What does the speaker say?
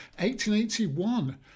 1881